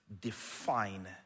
define